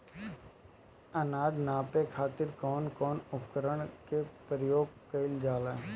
अनाज नापे खातीर कउन कउन उपकरण के प्रयोग कइल जाला?